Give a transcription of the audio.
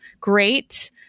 great